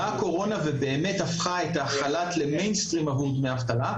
באה הקורונה ובאמת הפכה את החל"ת למיינסטרים עבור דמי אבטלה,